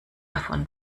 davon